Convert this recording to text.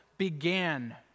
began